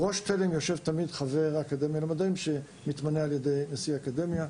בראש תלם יושב תמיד חבר האקדמיה למדעים שמתמנה על-ידי נשיא האקדמיה.